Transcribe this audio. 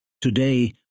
Today